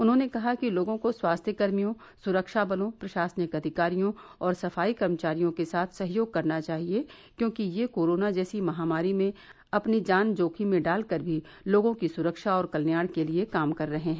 उन्होंने कहा कि लोगों को स्वास्थ्यकर्मियों सुरक्षा बलों प्रशासनिक अधिकारियों और सफाई कर्मचारियों के साथ सहयोग करना चाहिए क्योंकि ये कोरोना जैसी महामारी में अपनी जान जोखिम में डालकर भी लोगों की सुरक्षा और कल्याण के लिए काम कर रहे हैं